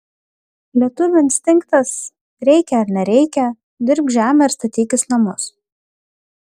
lietuvių instinktas reikia ar nereikia dirbk žemę ir statykis namus